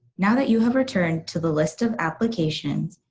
now that you have returned to the list of applications,